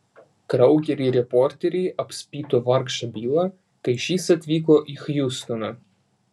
kraugeriai reporteriai apspito vargšą bilą kai šis atvyko į hjustoną